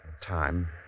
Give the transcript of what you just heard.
time